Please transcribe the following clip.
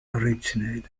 originated